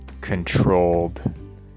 controlled